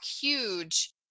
huge